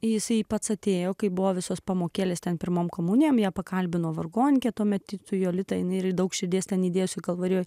jisai pats atėjo kai buvo visos pamokėlės ten pirmam komuniją pakalbino vargonininkė tuomet su jolita eini ir daug širdies ten įdėsiu kalvarijoje